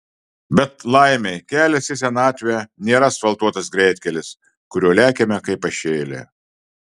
bet laimei kelias į senatvę nėra asfaltuotas greitkelis kuriuo lekiame kaip pašėlę